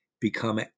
become